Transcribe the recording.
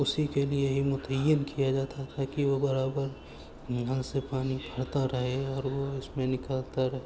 اسی کے لیے ہی متعین کیا جاتا تھا کہ وہ برابر نل سے پانی بھرتا رہے اور وہ اس میں نکالتا رہے